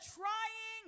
trying